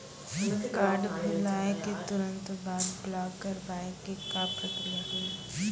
Card भुलाए के तुरंत बाद ब्लॉक करवाए के का प्रक्रिया हुई?